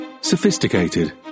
sophisticated